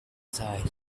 size